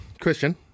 Christian